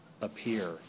appear